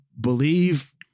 believe